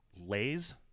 Lays